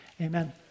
amen